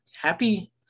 happy